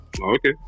Okay